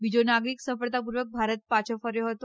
બીજો નાગરિક સફળતા પૂર્વક ભારત પાછો ફર્યો હતો